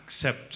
accept